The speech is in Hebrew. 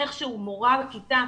מורה בכיתה,